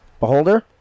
beholder